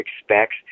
expects